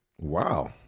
Wow